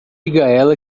ela